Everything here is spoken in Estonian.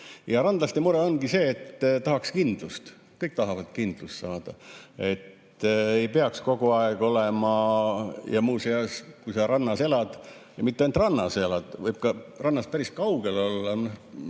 Randlaste mure ongi see, et tahaks kindlust. Kõik tahavad kindlust saada, et ei peaks kogu aeg olema ... Ja muuseas, kui sa rannas elad, ja mitte ainult rannas, vaid ka rannast päris kaugel,